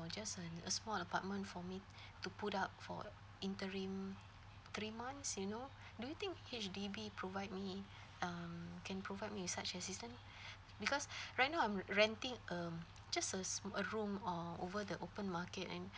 or just a a small apartment for me to put up for interim three months you know do you think H_D_B provide me um can provide me with such assistance because right now I'm renting um just a s~ a room uh over the open market and